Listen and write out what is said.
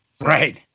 right